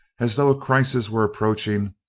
as though a crisis were approaching,